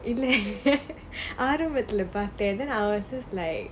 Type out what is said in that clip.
ஆரம்புத்தல பாத்தேன்:aarambuthala paathaen then I was like